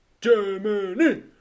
Germany